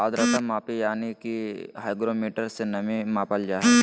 आद्रता मापी यानी कि हाइग्रोमीटर से नमी मापल जा हय